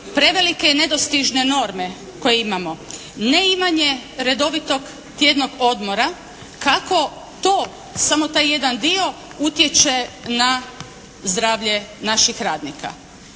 prevelike i nedostižne norme koje imamo, neimanje redovitog tjednog odmora, kako to, samo taj jedan dio utječe na zdravlje naših radnika.